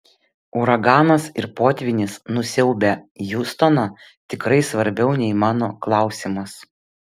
uraganas ir potvynis nusiaubę hjustoną tikrai svarbiau nei mano klausimas